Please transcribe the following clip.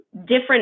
different